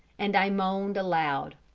and i moaned aloud.